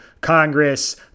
Congress